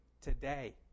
today